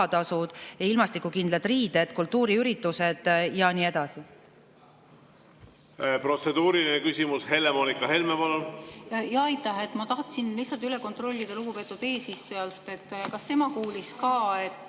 ilmastikukindlad riided, kultuuriüritused ja nii edasi.